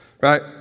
right